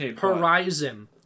Horizon